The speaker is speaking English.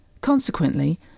Consequently